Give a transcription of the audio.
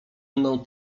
mną